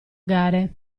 gare